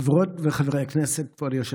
חברות וחברי הכנסת, כבוד היושב-ראש,